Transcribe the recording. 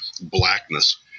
blackness